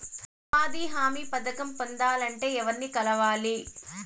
ఉపాధి హామీ పథకం పొందాలంటే ఎవర్ని కలవాలి?